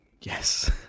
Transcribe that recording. Yes